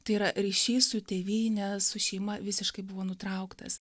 tai yra ryšys su tėvyne su šeima visiškai buvo nutrauktas